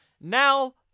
now